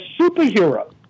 superhero